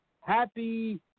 happy